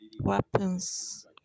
weapons